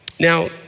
Now